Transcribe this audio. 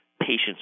patients